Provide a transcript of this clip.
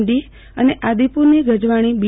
D અને આદિપુરની ગજવાણી બી